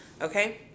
okay